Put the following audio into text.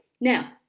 Now